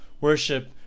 worship